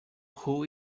who